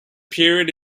period